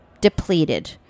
depleted